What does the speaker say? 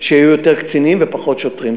שיהיו יותר קצינים ופחות שוטרים.